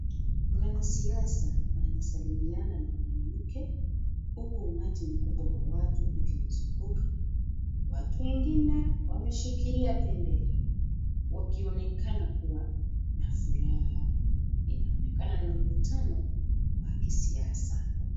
Mwanasiasa anasalimiana na mwanamke huku umati mkubwa wa watu ukimzunguka. Watu wengine wameshikilia bendera wakionekana kuwa na furaha. Inaonekana ni mkutano wa kisiasa.